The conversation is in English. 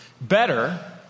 Better